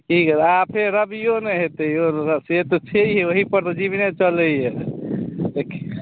आ फेर रबियो ने हेतै यौ से तऽ छैहे ओहीपर तऽ जीवने चलैए देखियौ